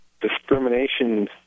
discrimination